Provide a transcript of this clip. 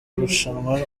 irushanwa